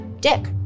dick